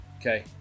Okay